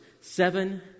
Seven